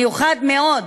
מיוחד מאוד.